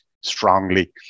strongly